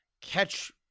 catch